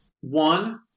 one